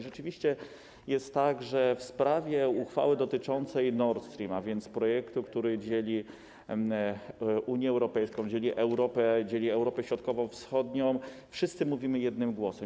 Rzeczywiście jest tak, że w sprawie uchwały dotyczącej Nord Stream 2, a więc projektu, który dzieli Unię Europejską, dzieli Europę, dzieli Europę Środkowo-Wschodnią, wszyscy mówimy jednym głosem.